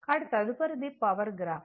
కాబట్టి తదుపరిది power graph